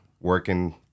working